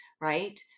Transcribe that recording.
right